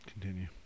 continue